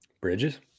Bridges